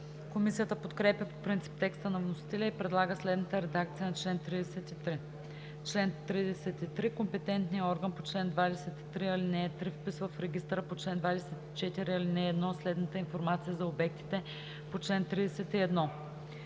Комисията подкрепя по принцип текста на вносителя и предлага следната редакция на чл. 33: „Чл. 33. Компетентният орган по чл. 23, ал. 3 вписва в регистъра по чл. 24, ал. 1 следната информация за обектите по чл. 31: